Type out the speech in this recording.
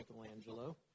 Michelangelo